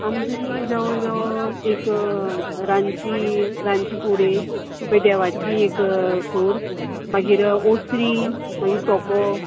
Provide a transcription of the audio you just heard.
आमचें न्ही जवळ जवळ एक रांदची रांदची कूड एक मागीर देवाची एक कूड मागीर ओसरी मागीर सोपो